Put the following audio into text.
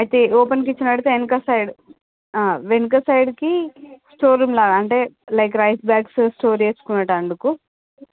అయితే open kitchen పె డితే వెనక సైడ్ వెనక సైడ్కి స్టార్రూమ్లాగ లైక్ రైస్ బ్యాగ్స్ స్టోర్ చేసుకునేటందుకు